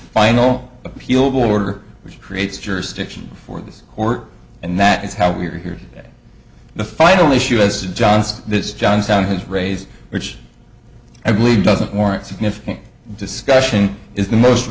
final appeal order which creates jurisdiction for this court and that is how we are hearing the final issue as to john's this johnstown has raised which i believe doesn't warrant significant discussion is the most